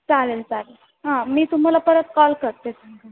चालेल चालेल हां मी तुम्हाला परत कॉल करते